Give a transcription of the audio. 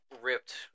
ripped